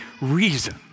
reason